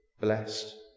blessed